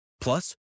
Plus